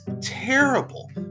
terrible